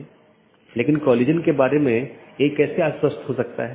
हालांकि हर संदेश को भेजने की आवश्यकता नहीं है